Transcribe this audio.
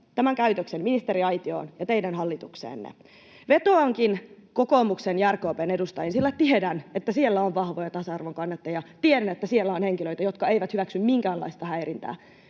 tämän käytöksen ministeriaitioon ja teidän hallitukseenne. Vetoankin kokoomuksen ja RKP:n edustajiin, sillä tiedän, että siellä on vahvoja tasa-arvon kannattajia, tiedän, että siellä on henkilöitä, jotka eivät hyväksy minkäänlaista häirintää.